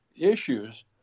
issues